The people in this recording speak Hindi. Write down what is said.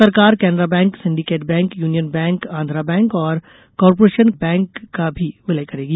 सरकार Canara Bank Syndicate Bank Union Bank Andhra Bank और कारपोरेशन का बैंक का भी विलय करेगी